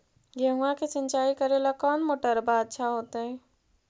गेहुआ के सिंचाई करेला कौन मोटरबा अच्छा होतई?